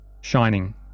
shining